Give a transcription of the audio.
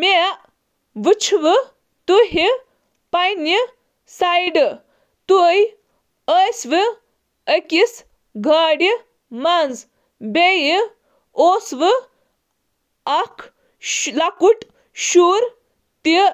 مےٚ وُچھ ژٕ پننِس طرفس کُن تُہۍ ٲسِو بسہِ منٛز۔ اکھ لۄکُٹ لڑکہ اوس تۄہہِ